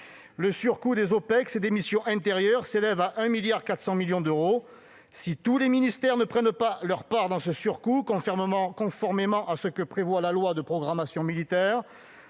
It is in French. Le surcoût des OPEX et des missions intérieures s'élève à 1,4 milliard d'euros. Si tous les ministères ne prennent pas leur part dans ce surcoût, conformément à ce que prévoit la loi de programmation militaire,